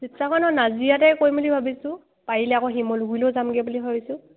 শিৱসাগৰ নহয় নাজিৰাতে কৰিম বুলি ভাবিছোঁ পাৰিলে আকৌ শিমলুগুৰি যামগে বুলি ভাবিছোঁ